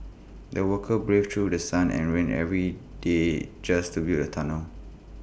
the workers braved through The Sun and rain every day just to build the tunnel